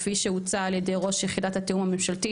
כפי שהוצע על ידי ראש יחידת התיאום הממשלתית.